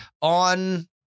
on